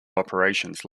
operations